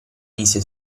mise